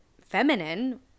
feminine